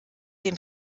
dem